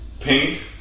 Paint